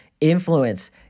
influence